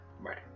right